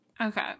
Okay